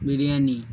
biryani